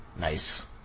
Nice